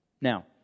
Now